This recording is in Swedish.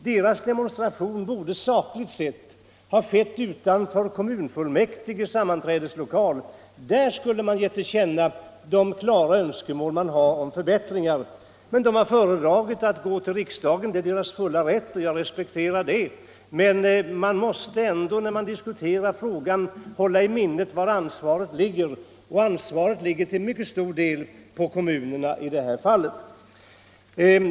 Deras demonstration borde sakligt sett ha skett utanför kommunfullmäktiges sammanträdeslokal; där skulle de ha gett till känna de klara önskemål om förbättringar de har. Men de har föredragit att gå till riksdagen. Det är deras fulla rätt, och jag respekterar den. När man diskuterar frågan måste man ändå hålla i minnet var ansvaret ligger, och det är till stor del på kommunerna i det här fallet.